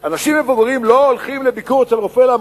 שאנשים מבוגרים לא הולכים לביקור אצל רופא,